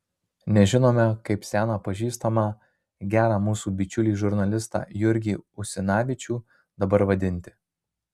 nežinome kaip seną pažįstamą gerą mūsų bičiulį žurnalistą jurgį usinavičių dabar vadinti